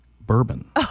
bourbon